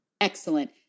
Excellent